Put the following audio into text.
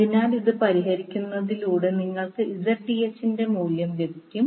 അതിനാൽ ഇത് പരിഹരിക്കുന്നതിലൂടെ നിങ്ങൾക്ക് Zth ന്റെ മൂല്യം ലഭിക്കും